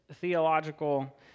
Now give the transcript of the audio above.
theological